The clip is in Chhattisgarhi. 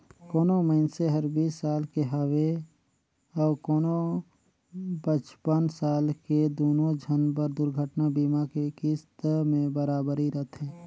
कोनो मइनसे हर बीस साल के हवे अऊ कोनो पचपन साल के दुनो झन बर दुरघटना बीमा के किस्त में बराबरी रथें